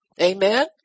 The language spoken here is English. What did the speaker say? Amen